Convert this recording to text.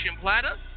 Platter